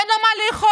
ואין לו מה לאכול,